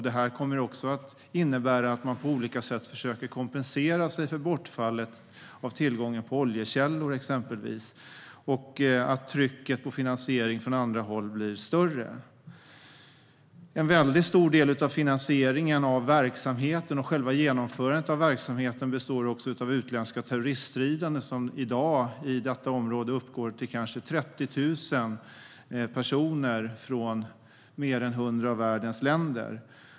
Det kommer att innebära att de på olika sätt försöker kompensera sig för bortfallet av tillgången till exempelvis oljekällor och att trycket på finansiering från andra håll blir större. En väldigt stor del av finansieringen av verksamheten och själva genomförandet av verksamheten utgörs av utländska terroriststridande, som i detta område uppgår till kanske 30 000 från mer än 100 av världens länder.